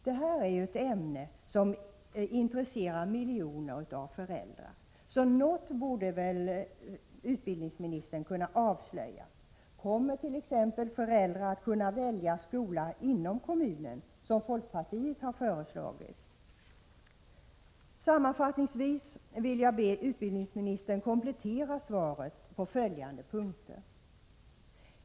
Detta ämne intresserar miljoner föräldrar, så något borde utbildningsministern kunna avslöja nu. Kommer t.ex. föräldrarna att kunna välja skola inom kommunen, som folkpartiet har föreslagit? Sammanfattningsvis vill jag be utbildningsministern att komplettera svaret på följande punkter. 1.